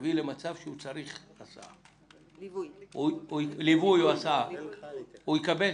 תביא למצב שהוא צריך הסעה או ליווי, האם הוא יקבל?